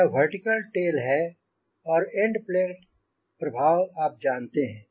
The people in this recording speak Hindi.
यह वर्टिकल टेल है और एंड प्लेट प्रभाव आप जानते हैं